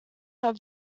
have